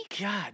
God